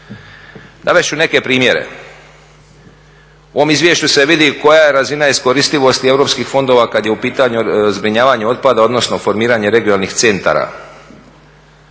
Navest ću neke primjere, u ovom izvješću se vidi koja je razina iskoristivosti europskih fondova kad je u pitanju zbrinjavanje otpada odnosno formiranje regionalnih centara